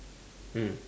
mm